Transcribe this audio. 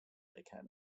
academy